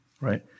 right